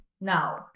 now